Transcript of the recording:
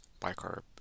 bicarb